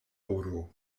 oro